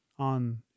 on